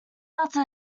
after